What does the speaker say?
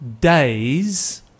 days